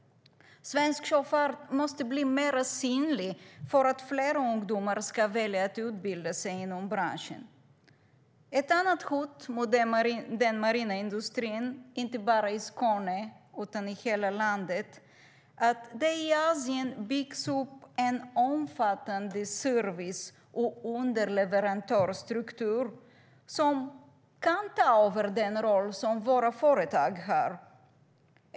Svensk sjöfart måste bli mer synlig för att fler ungdomar ska välja att utbilda sig inom branschen. Ett annat hot mot den marina industrin, inte bara i Skåne utan i hela landet, är att det i Asien byggs upp en omfattande service och underleverantörsstruktur som kan ta över den roll som våra företag har.